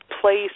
place